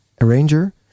arranger